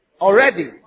Already